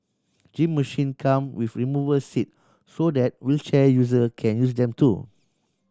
gym machine come with removal seat so that wheelchair user can use them too